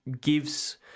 gives